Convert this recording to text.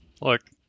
Look